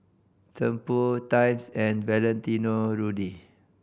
Tempur Times and Valentino Rudy